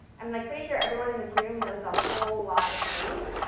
i'm like pretty sure everyone in this room knows a whole lot of things.